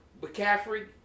McCaffrey